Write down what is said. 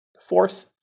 Fourth